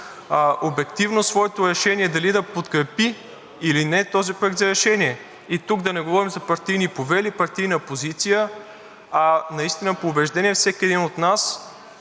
обективно своето решение дали да подкрепи или не този проект за решение. И тук да не говорим за партийни повели, партийна позиция, а наистина по убеждение всеки един от нас